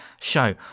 show